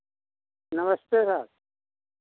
नमस्ते सर